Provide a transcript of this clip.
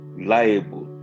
liable